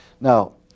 Now